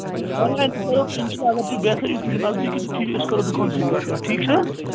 آن line تہِ کرو کِہیٖنۍ چھِنہٕ اگر تُہۍ بہتر یِیِو تُہۍ چھِو نزدیٖکٕے تہٕ ٹھیٖک أسۍ کرو دُکانسٕے پٮ۪ٹھ کَتھ ٹھیٖک چھِ حظ